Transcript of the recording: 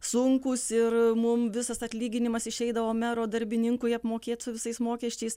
sunkūs ir mum visas atlyginimas išeidavo mero darbininkui apmokėt su visais mokesčiais